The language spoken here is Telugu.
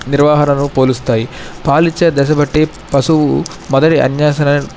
నిర్వహణను పోలుస్తాయి పాలిచ్చే దశ బట్టి పశువు మదర్ అన్యాసనం